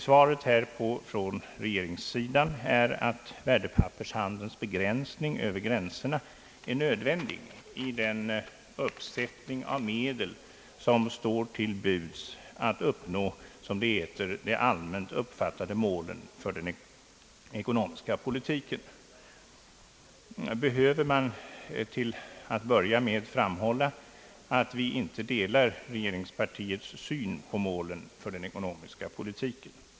Svaret härpå från regeringssidan är att värdepappershandelns begränsning Över gränserna är nödvändig i den uppsättning av medel, som står till buds för att uppnå som det heter »de allmänt omfattade målen för den ekonomiska politiken». Behöver man till att börja med framhålla, att vi inte delar regeringspartiets syn på målen för den ekonomiska politiken?